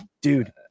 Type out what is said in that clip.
dude